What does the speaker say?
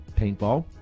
paintball